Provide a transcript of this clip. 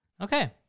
Okay